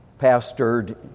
pastored